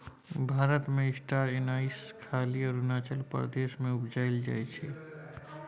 भारत मे star anise खाली अरुणाचल प्रदेश मे उपजाएल जाइ छै